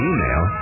Email